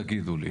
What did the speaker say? תגידו לי.